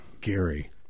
Gary